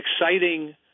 exciting